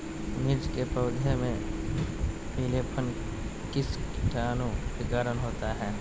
मिर्च के पौधे में पिलेपन किस कीटाणु के कारण होता है?